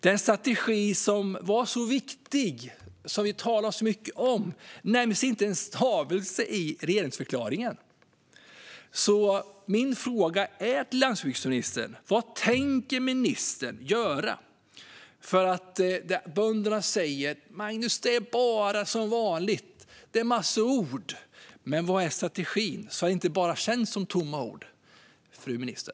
Den strategi som var så viktig och som vi talade så mycket om nämns inte med en stavelse i regeringsförklaringen. Min fråga till landsbygdsministern är: Vad tänker ministern göra? Bönderna säger till mig: Magnus, det är som vanligt bara en massa ord! Men vad är strategin, så att det inte bara känns som tomma ord, fru minister?